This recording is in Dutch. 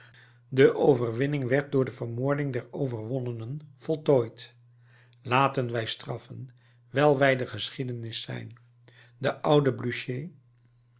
de overwinning werd door de vermoording der verwonnenen voltooid laten wij straffen wijl wij de geschiedenis zijn de oude